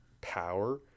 power